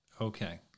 Okay